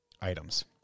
items